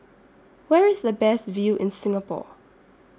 Where IS The Best View in Singapore